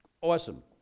Awesome